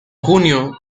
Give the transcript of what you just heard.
junio